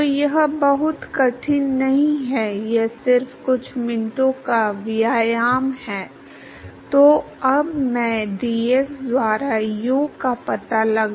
इसलिए इससे पहले कि हम घर्षण गुणांक ज्ञात करें इसलिए हमने कहा कि u बटा u इनफिनिटी डीएफ बटा डेटा है